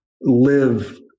live